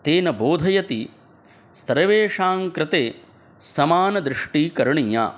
तेन बोधयति सर्वेषां कृते समानदृष्टिः करणीया